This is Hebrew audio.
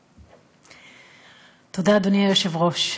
תודה, אדוני היושב-ראש,